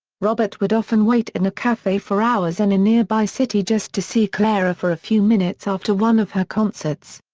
robert would often wait in a cafe for hours in a nearby city just to see clara for a few minutes after one of her concerts.